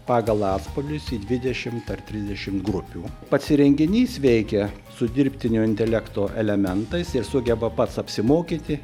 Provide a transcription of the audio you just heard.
pagal atspalvius į dvidešimt ar trisdešimt grupių pats įrenginys veikia su dirbtinio intelekto elementais ir sugeba pats apsimokyti